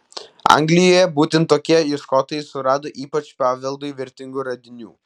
anglijoje būtent tokie ieškotojai surado ypač paveldui vertingų radinių